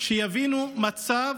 שיבינו מצב